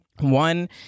One